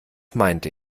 meinte